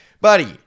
buddy